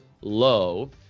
low